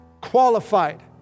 qualified